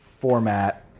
format